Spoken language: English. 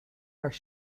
are